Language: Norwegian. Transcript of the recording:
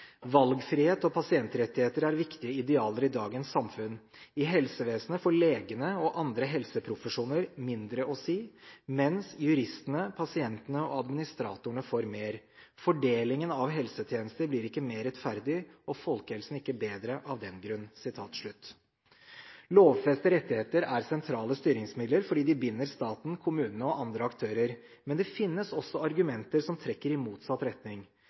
og pasientrettigheter er viktige idealer i dagens samfunn. I helsevesenet får legene og andre helseprofesjoner mindre å si, mens pasientene, juristene og administratorene får mer. Fordelingen av helsetjenester blir ikke mer rettferdig og folkehelsen ikke bedre av den grunn.» Lovfestede rettigheter er sentrale styringsmidler, fordi de binder staten, kommunene og andre aktører, men det finnes også argumenter som trekker i motsatt retning: